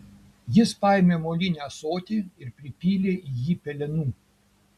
jis paėmė molinį ąsotį ir pripylė į jį pelenų